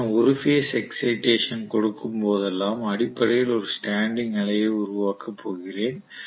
நான் ஒரு phase excitation கொடுக்கும் போதெல்லாம் அடிப்படையில் ஒரு ஸ்டாண்டிங் அலையை உருவாக்கப் போகிறேன்